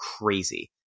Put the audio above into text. crazy